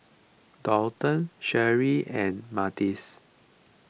Donte Sherri and Martez